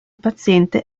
paziente